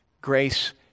grace